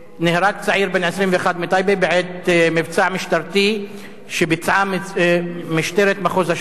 נהרג צעיר בן 21 מטייבה בעת מבצע משטרתי שביצעה משטרת מחוז השרון.